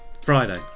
Friday